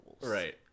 Right